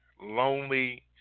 lonely